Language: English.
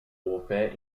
warfare